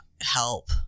help